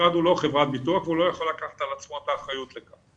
המשרד הוא לא חברת ביטוח והוא לא יכול לקחת על עצמו את האחריות לכך.